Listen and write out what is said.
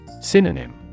Synonym